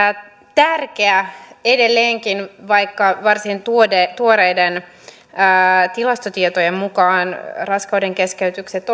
tärkeä edelleenkin vaikka varsin tuoreiden tilastotietojen mukaan raskaudenkeskeytykset